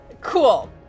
Cool